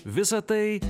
visa tai